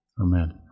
Amen